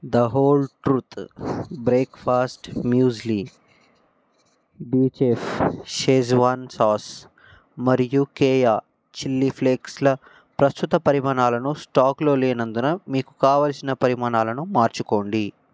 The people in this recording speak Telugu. the whole truth breakfast muesli be chef schezwan sauce మరియు కేయా చిల్లీ ఫ్లేక్స్ల ప్రస్తుత పరిమాణాలను స్టాక్లో లేనందున మీకు కావలసిన పరిమాణాలను మార్చుకోండి